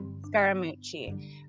Scaramucci